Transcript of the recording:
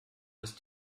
ist